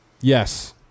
Yes